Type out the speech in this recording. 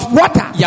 water